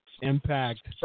Impact